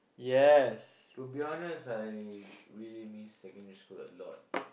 to be honest I really miss secondary school a lot